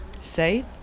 Safe